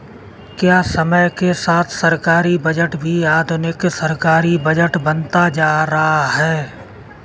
क्या समय के साथ सरकारी बजट भी आधुनिक सरकारी बजट बनता जा रहा है?